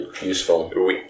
useful